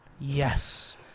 Yes